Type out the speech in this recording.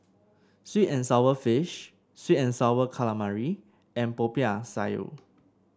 sweet and sour fish sweet and sour calamari and Popiah Sayur